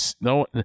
No